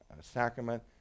sacrament